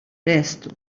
restu